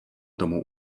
tomu